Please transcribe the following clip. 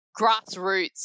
grassroots